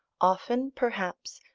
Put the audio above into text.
often, perhaps,